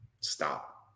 stop